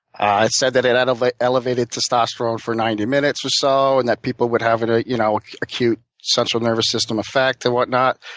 ah said that it and like elevated testosterone for ninety minutes or so, and that people would have an ah you know acute central nervous system effect or whatnot.